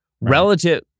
Relative